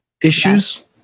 issues